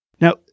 Now